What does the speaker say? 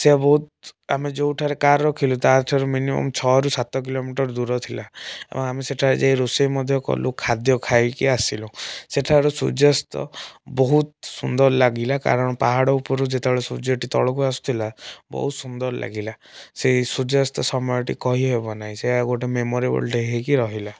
ସେ ବହୁତ ଆମେ ଯେଉଁଠାରେ କାର୍ ରଖିଲୁ ତାଠାରୁ ମିନିମମ ଛଅରୁ ସାତ କିଲୋମିଟର ଦୂରଥିଲା ଆଉ ଆମେ ସେଠାରେ ଯାଇ ରୋଷେଇ ମଧ୍ୟ କଲୁ ଖାଦ୍ୟ ଖାଇକି ଆସିଲୁ ସେଠାରେ ସୂର୍ଯ୍ୟାସ୍ତ ବହୁତ ସୁନ୍ଦର ଲାଗିଲା କାରଣ ପାହାଡ଼ ଉପୁରୁ ଯେତେବେଳେ ସୂର୍ଯ୍ୟଟି ତଳୁକୁ ଆସୁଥିଲା ବହୁତ ସୁନ୍ଦର ଲାଗିଲା ସେଇ ସୂର୍ଯ୍ୟାସ୍ତ ସମୟଟି କହିହେବ ନାହିଁ ସେୟା ଗୋଟେ ମେମୋରେବୁଲ ଡେ ହେଇକି ରହିଲା